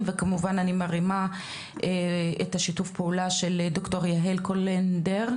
וכמובן אני מרימה את שיתוף הפעולה של ד"ר יהל קורלנדר,